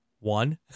one